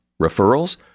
Referrals